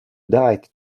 died